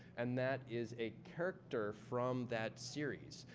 and that is a character from that series.